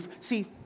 See